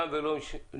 תם ולא נשלם,